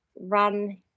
run